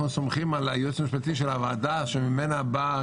סומכים על הייעוץ המשפטי של הוועדה שממנה באה